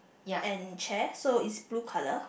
and chairs so is blue colour